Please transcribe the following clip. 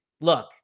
look